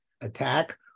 attack